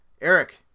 Eric